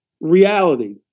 reality